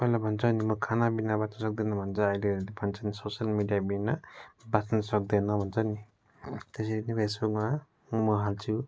पहिला भन्छ नि म खानाबिना बाँच्नु सक्दिनँ भन्छ अहिले भन्छन् सोसियल मिडियाबिना बाँच्नु सक्दैन भन्छन् नि त्यसरी नै फेसबुकमा म हाल्छु